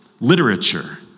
literature